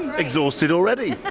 exhausted already!